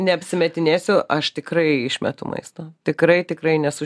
neapsimetinėsiu aš tikrai išmetu maisto tikrai tikrai nesu